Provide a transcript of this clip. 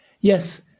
Yes